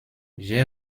j’ai